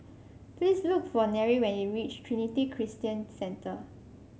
please look for Nery when you reach Trinity Christian Centre